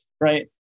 right